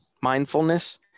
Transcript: mindfulness